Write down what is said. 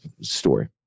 story